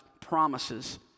promises